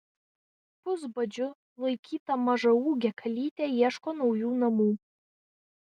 pusbadžiu laikyta mažaūgė kalytė ieško naujų namų